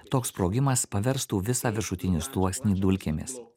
toks sprogimas paverstų visą viršutinį sluoksnį dulkėmis